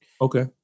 Okay